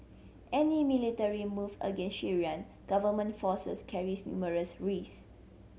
any military move against Syrian government forces carries numerous risk